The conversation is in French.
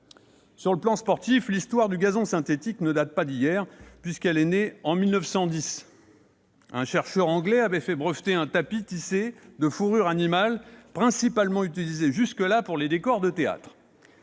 Sur le plan sportif, l'histoire du gazon synthétique ne date pas d'hier, puisqu'elle est née en 1910 : un chercheur anglais avait fait breveter un tapis tissé de fourrures animales principalement utilisé jusqu'alors pour les décors de théâtre.